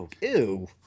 Ew